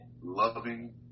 loving